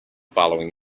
following